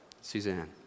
Suzanne